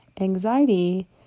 anxiety